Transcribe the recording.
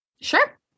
Sure